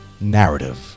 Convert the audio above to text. narrative